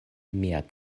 mia